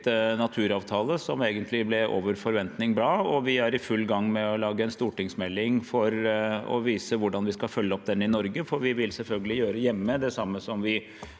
naturavtale som egentlig ble over forventning bra, og vi er i full gang med å lage en stortingsmelding for å vise hvordan vi skal følge opp den i Norge, for vi vil selvfølgelig gjøre hjemme det samme som vi